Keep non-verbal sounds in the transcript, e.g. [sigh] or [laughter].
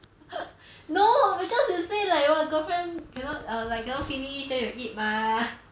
[laughs] no because you say like [what] girlfriend cannot err like cannot finish then you eat mah